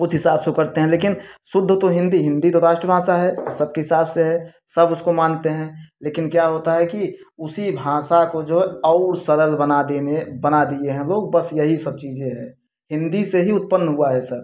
उस हिसाब से वो करते हैं लेकिन शुद्ध तो हिन्दी हिन्दी तो राष्ट्रभाषा है और सबके हिसाब से है सब उसको मानते हैं लेकिन क्या होता है कि उसी भाषा को जो है और सरल बना देने बना दिए हैं लोग बस यही सब चीज़ें है हिन्दी से ही उत्पन्न हुआ है सब